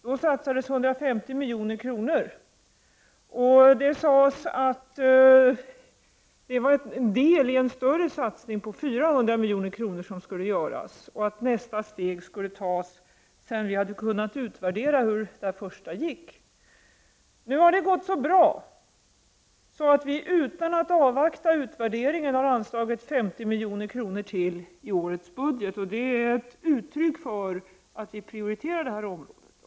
Då anslogs 150 milj.kr., och det sades att det var en del i en större satsning på 400 milj.kr. som skulle göras och att nästa steg skulle tas sedan vi hade kunnat utvärdera hur den första satsningen hade fallit ut. Nu har det gått så bra att vi utan att avvakta utvärderingen har anslagit 50 milj.kr. i årets budget. Det är ett uttryck för att vi prioriterar detta område.